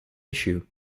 issue